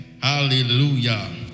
Hallelujah